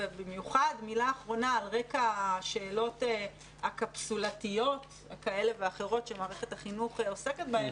ובמיוחד על רקע השאלות הקפסולתיות שמערכת החינוך עוסקת בהן.